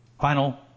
final